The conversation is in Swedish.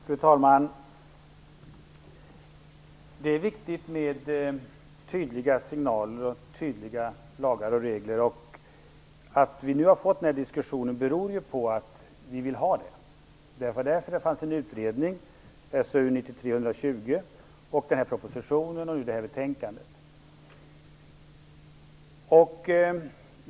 Fru talman! Det är viktigt med tydliga signaler och tydliga lagar och regler. Att vi har fått den här diskussionen beror ju på att vi vill ha det. Det var därför det fanns en utredning, SOU 1993:120, och det är därför vi har fått den här propositionen och det här betänkandet.